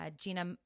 Gina